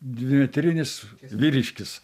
dvimetrinis vyriškis